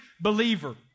believer